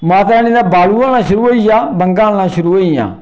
माता रानी दे बालूआ हल्लना शुरू होई गेआ बंगा हल्लना शुरू होई गेइयां